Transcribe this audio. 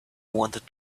wanted